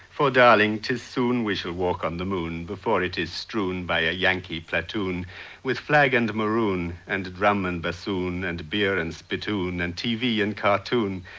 for darling tis soon we shall walk on the moon before it is strewn by a yankee platoon with flag and maroon and drum and bassoon and beer and spittoon and tv and cartoon.